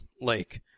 lake